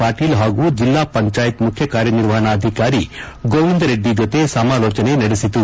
ಪಾಟೀಲ್ ಹಾಗೂ ಜಿಲ್ಲಾ ಪಂಚಾಯತ್ ಮುಖ್ಯ ಕಾರ್ಯನಿರ್ವಹಣಾಧಿಕಾರಿ ಗೋವಿಂದ ರೆಡ್ಡಿ ಜೊತೆ ಸಮಾಲೋಚನೆ ನಡೆಸಿತು